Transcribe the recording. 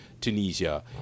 Tunisia